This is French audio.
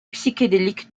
psychédélique